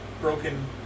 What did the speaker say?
broken